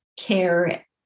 care